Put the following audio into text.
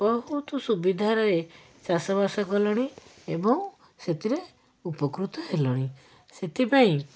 ବହୁତ ସୁବିଧାରେ ଚାଷବାସ କଲେଣି ଏବଂ ସେଥିରେ ଉପକୃତ ହେଲେଣି ସେଥିପାଇଁ